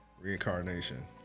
reincarnation